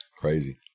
Crazy